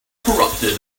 corrupted